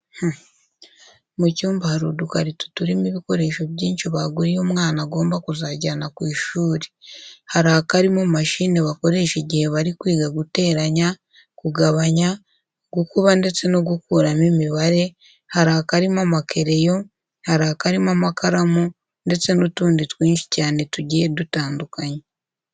Mu cyumba hari udukarito turimo ibikoresho byinshi baguriye umwana agomba kuzajyana ku ishuri. Hari akarimo mashine bakoresha igihe bari kwiga guteranya, kugabanya, gukuba ndetse no gukuramo imibare, hari akarimo amakereyo, hari akarimo amakaramu ndetse n'utundi twinshi cyane tugiye dutandukanye.